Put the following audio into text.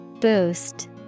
Boost